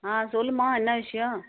ஆ சொல்லும்மா என்ன விஷயம்